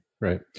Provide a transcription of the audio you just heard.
Right